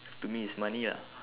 to me is money lah